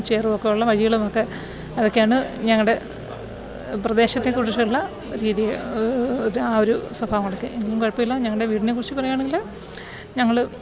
ചേറുമൊക്കെയുള്ള വഴികളുമൊക്കെ അതൊക്കെയാണ് ഞങ്ങളുടെ പ്രദേശത്തെക്കുറിച്ചുള്ള രീതി ആ ഒരു സ്വഭാവങ്ങളൊക്കെ എങ്കിലും കുഴപ്പമില്ല ഞങ്ങളുടെ വീടിനെക്കുറിച്ച് പറയുകയാണെങ്കിൽ ഞങ്ങൾ